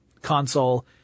console